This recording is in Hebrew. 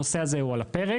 הנושא הזה הוא על הפרק,